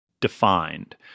defined